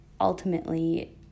ultimately